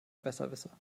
besserwisser